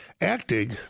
Acting